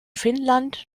finnland